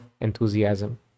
enthusiasm